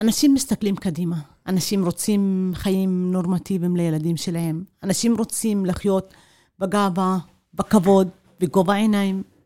אנשים מסתכלים קדימה, אנשים רוצים חיים נורמטיביים לילדים שלהם, אנשים רוצים לחיות בגאווה, בכבוד, בגובה עיניים.